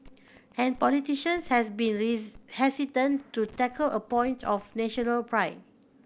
and politicians has been these hesitant to tackle a point of national pride